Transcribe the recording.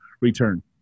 return